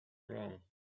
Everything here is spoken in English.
wrong